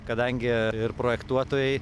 kadangi ir projektuotojai